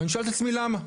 ואני שואל את עצמי למה?